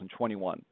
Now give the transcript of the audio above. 2021